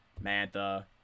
Manta –